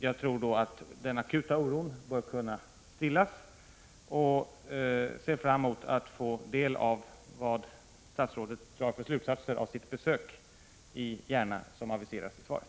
Jag tror då att den akuta oron bör kunna stillas. Jag ser fram emot att få del av vad statsrådet drar för slutsatser av sitt aviserade besök i Järna.